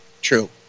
true